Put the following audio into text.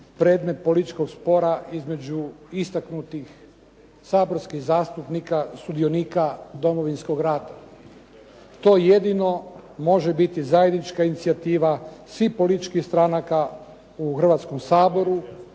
predmet političkog spora između istaknutih saborskih zastupnika sudionika Domovinskog rata. To jedino može biti zajednička inicijativa svih političkih stranaka u Hrvatskom saboru